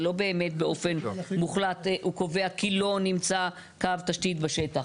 זה לא באמת באופן מוחלט שהוא קובע כי לא נמצא קו תשתית בשטח.